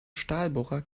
stahlbohrer